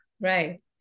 Right